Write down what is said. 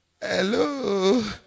Hello